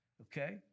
Okay